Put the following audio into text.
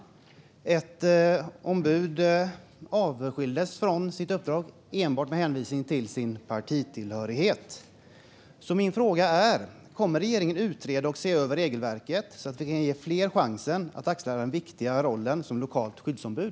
Det var ett ombud som avskildes från sitt uppdrag enbart med hänvisning till sin partitillhörighet. Min fråga är: Kommer regeringen att utreda och se över regelverket så att vi kan ge fler chansen att axla den viktiga rollen som lokalt skyddsombud?